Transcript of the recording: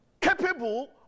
capable